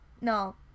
No